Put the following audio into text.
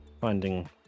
finding